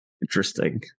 Interesting